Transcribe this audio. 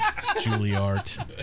Juilliard